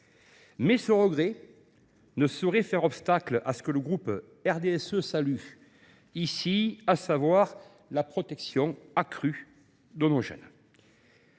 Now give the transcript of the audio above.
Mais ce regret ne saurait faire obstacle à ce que le groupe du RDSE salue la protection accrue de nos jeunes